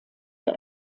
der